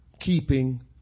keeping